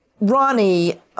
Ronnie